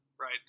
right